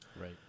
right